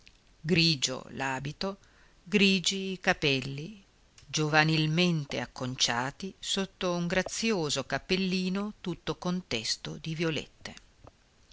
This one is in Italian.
grigio l'abito grigi i capelli giovanilmente acconciati sotto un grazioso cappellino tutto contesto di violette